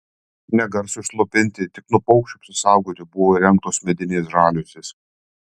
ne garsui slopinti tik nuo paukščių apsisaugoti buvo įrengtos medinės žaliuzės